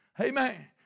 Amen